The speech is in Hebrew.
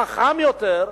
חכם יותר,